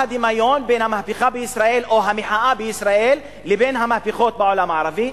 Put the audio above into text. הדמיון בין המהפכה בישראל או המחאה בישראל לבין המהפכות בעולם הערבי.